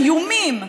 איומים,